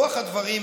ברוח הדברים,